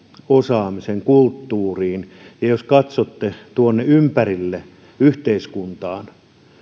osaamisen kulttuuriin ja jos katsotte tuonne ympärille yhteiskuntaan